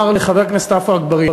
ואני רוצה לומר לחבר הכנסת עפו אגבאריה,